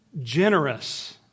generous